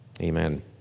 Amen